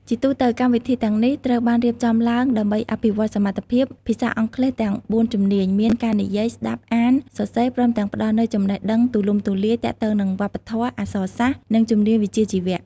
ជាទូទៅ កម្មវិធីទាំងនេះត្រូវបានរៀបចំឡើងដើម្បីអភិវឌ្ឍសមត្ថភាពភាសាអង់គ្លេសទាំង ៤ ជំនាញមាន ការនិយាយ ស្តាប់ អាន សរសេរ ព្រមទាំងផ្តល់នូវចំណេះដឹងទូលំទូលាយទាក់ទងនឹងវប្បធម៌ អក្សរសាស្ត្រ និងជំនាញវិជ្ជាជីវៈ។